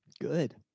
Good